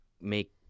make